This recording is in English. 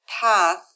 path